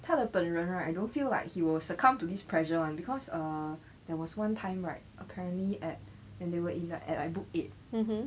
他的本人 right I don't feel like he will succumb to this pressure [one] because uh there was one time right apparently at and they were in like at book eight